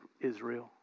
Israel